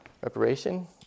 Reparation